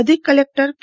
અધિક કલેકટર કે